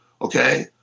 okay